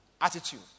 attitude